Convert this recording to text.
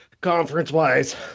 Conference-wise